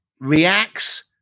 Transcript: reacts